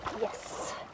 Yes